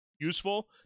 useful